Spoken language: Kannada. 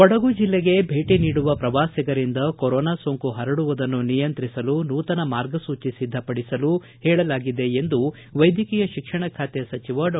ಕೊಡಗು ಜಲ್ಲೆಗೆ ಭೇಟಿ ನೀಡುವ ಪ್ರವಾಸಿಗರಿಂದ ಕೊರೋನಾ ಸೋಂಕು ಹರಡುವುದನ್ನು ನಿಯಂತ್ರಿಸಲು ನೂತನ ಮಾರ್ಗಸೂಚಿ ಸಿದ್ದಪಡಿಸಲು ಸೂಚಿಸಲಾಗಿದೆ ಎಂದು ವೈದ್ಯಕೀಯ ಶಿಕ್ಷಣ ಖಾತೆ ಸಚಿವ ಡಾ